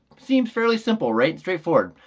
seems fairly simple right straight forward